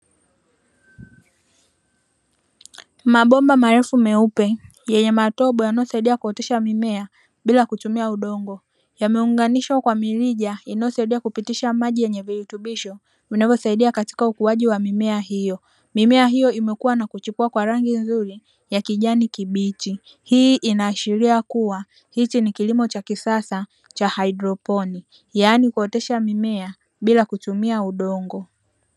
Mabomba marefu meupe; yenye matobo yanayosaidia kuotesha mimea bila kutumia udongo. Yameunganishwa kwa mirija inayosaidia kupitisha maji yenye virutubisho vinavyosaidia katika ukuaji wa mimea hiyo. Mimea hiyo imekua na kuchipua kwa rangi nzuri ya kijani kibichi; hii inaashiria kuwa hichi ni kilimo cha kisasa cha haidroponi, yaani kuotesha mimea bila kutumia udongo.